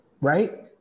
right